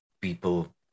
people